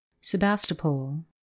Sebastopol